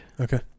Okay